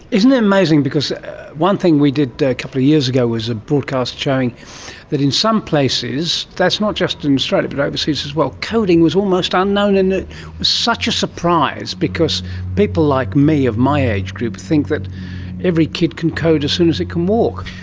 isn't it amazing, because one thing we did a a couple of years ago was a broadcast showing that in some places, that's not just in australia but overseas as well, coding was almost unknown and it was such a surprise because people like me of my age group think that every kid can code as soon as it can walk.